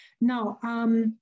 now